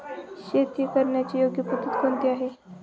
शेती करण्याची योग्य पद्धत कोणती आहे?